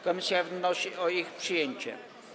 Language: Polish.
Komisja wnosi o ich przyjęcie.